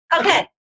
Okay